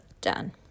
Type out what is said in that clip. Done